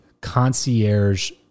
concierge